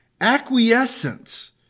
Acquiescence